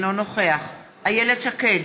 אינו נוכח איילת שקד,